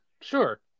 sure